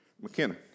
McKenna